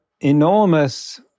enormous